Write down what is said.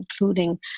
including